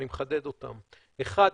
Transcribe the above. ואני מחדד אותם: אחד,